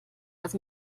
das